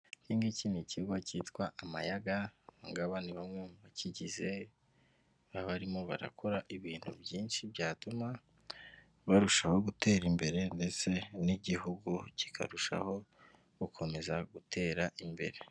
Iki ngiki ni ikigo cyitwa amayaga abangaba ni bamwe mu bakigize, baba barimo barakora ibintu byinshi byatuma barushaho gutera imbere ndetse n'igihugu kikarushaho gukomeza gutera imbere.